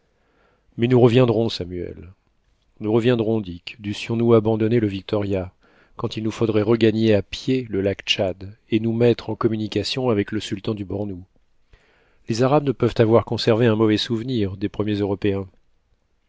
mais nous reviendrons samuel nous reviendrons dick dussions-nous abandonner le victoria quand il nous faudrait regagner à pied le lac tchad et nous mettre en communication avec le sultan du bornou les arabes ne peuvent avoir conservé un mauvais souvenir des premiers européens